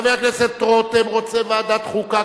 חבר הכנסת רותם רוצה ועדת חוקה,